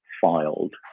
filed